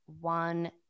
one